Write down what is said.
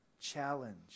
challenge